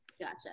Gotcha